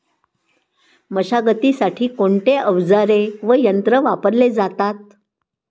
मशागतीसाठी कोणते अवजारे व यंत्र वापरले जातात?